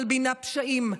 מלבינה פשעים,